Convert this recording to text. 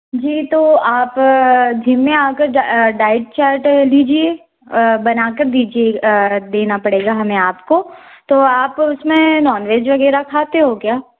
जी तो आप जिम में आ कर डाइट चार्ट लीजिए बना कर दीजिए देना पड़ेगा हमें आपको तो आप उस में नॉन वेज वग़ैरह खाते हो क्या